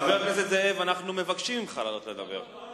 חבר הכנסת זאב, אנחנו מבקשים ממך לעלות לדבר.